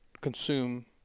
consume